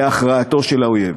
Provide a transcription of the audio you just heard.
להכרעת האויב.